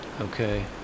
Okay